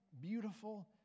beautiful